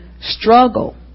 struggle